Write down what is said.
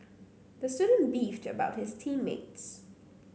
the student beefed about his team mates